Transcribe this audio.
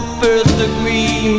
first-degree